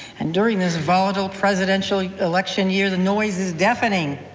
and during this volatile presidential election year, the noise is deafening,